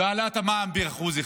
בהעלאת המע"מ ב-1%,